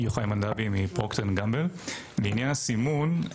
בעניין הסימון,